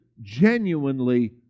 genuinely